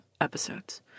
episodes